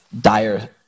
dire